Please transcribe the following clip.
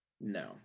no